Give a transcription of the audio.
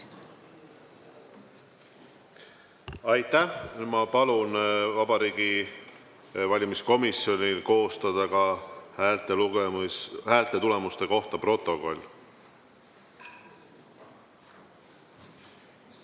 Aitäh! Ma palun Vabariigi Valimiskomisjonil koostada ka hääletamistulemuste kohta protokoll. Teen